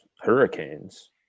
hurricanes